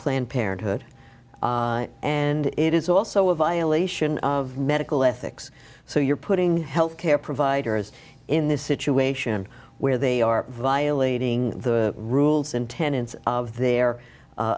planned parenthood and it is also a violation of medical ethics so you're putting health care providers in this situation where they are violating the rules and tenants of their